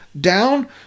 down